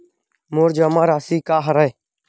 मोर जमा राशि का हरय?